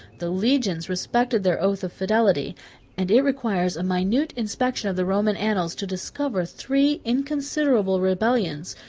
the legions respected their oath of fidelity and it requires minute inspection of the roman annals to discover three inconsiderable rebellions,